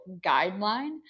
guideline